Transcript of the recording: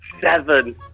Seven